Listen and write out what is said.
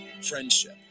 friendship